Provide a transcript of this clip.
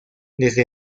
desde